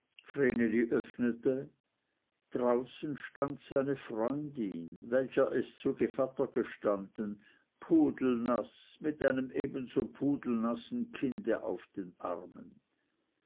draußen stand seine freundin welcher es zu gevatter gestanden pudelnaß mit einem ebenso pudelnassen kinde auf den armen